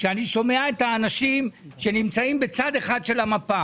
כשאני שומע את האנשים שנמצאים בצד אחד של המפה